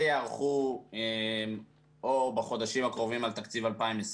ייערכו או בחודשים הקרובים על תקציב 2020,